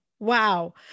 Wow